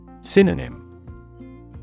synonym